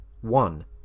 One